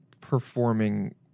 performing